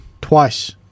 Twice